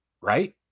Right